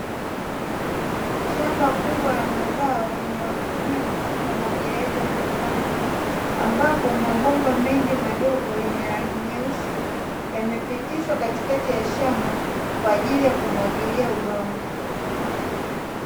Shamba kubwa la mazao, linalotumia mfumo wa umwagiliaji wa matone, ambapo mabomba mengi madogo yenye rangi nyeusi yamepitishwa katikati ya shamba kwa ajili ya kumwagilia udongo.